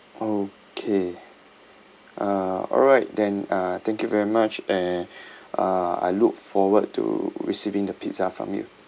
okay uh alright then uh thank you very much eh uh I look forward to receiving the pizza from you